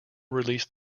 released